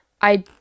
I-